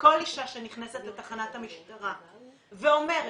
שכל אישה שנכנסת לתחנת המשטרה ואומרת: